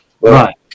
Right